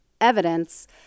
evidence